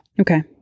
okay